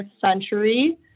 century